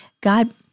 God